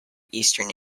eastern